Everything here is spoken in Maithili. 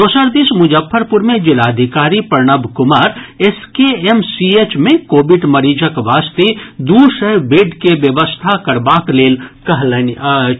दोसर दिस मुजफ्फरपुर मे जिलाधिकारी प्रणव कुमार एसकेएमसीएच मे कोविड मरीजक वास्ते दू सय बेड के व्यवस्था करबाक लेल कहलनि अछि